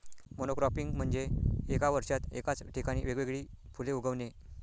monocropping म्हणजे एका वर्षात एकाच ठिकाणी वेगवेगळी फुले उगवणे